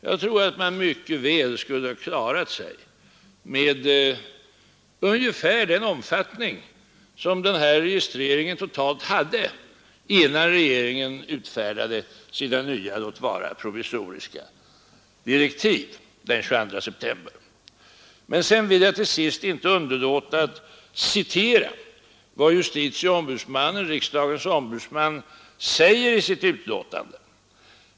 Jag tror att man mycket väl skulle ha klarat sig med en registrering av ungefär den omfattning vi hade innan regeringen den 22 september utfärdade sina nya, låt vara provisoriska, direktiv. Till sist vill jag inte underlåta att citera vad JO, riksdagens ombudsman, säger i sitt utlåtande.